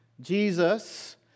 Jesus